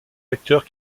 acteurs